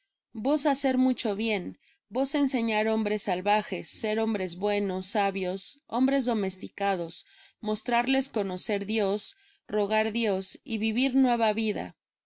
vos hacer mucho bien vos enseñar hombres salvajes ser hombres buenos sabios hombres domesticados mostrarles conocer dios rogar dios y vivir nueva vida